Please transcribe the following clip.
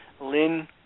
Lynn